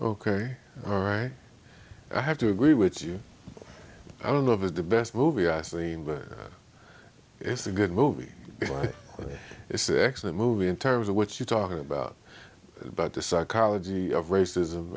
ok all right i have to agree with you i don't know if is the best movie i seen but it's a good movie it's actually a movie in terms of what you're talking about but the psychology of racism